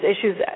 issues